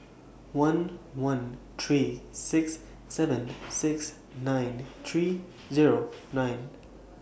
one one three six seven six nine three Zero nine